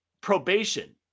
probation